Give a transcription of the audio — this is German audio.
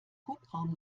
hubraum